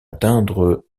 atteindre